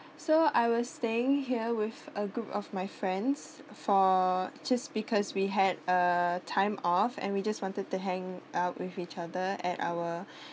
so I was staying here with a group of my friends for just because we had uh time off and we just wanted to hang uh with each other and our